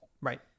Right